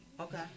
Okay